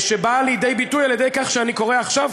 שבאה לידי ביטוי בכך שאני קורא עכשיו,